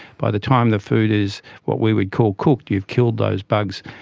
by the time the food is what we would call cooked you've killed those bugs.